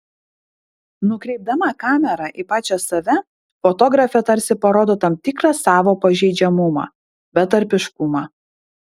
nukreipdama kamerą į pačią save fotografė tarsi parodo tam tikrą savo pažeidžiamumą betarpiškumą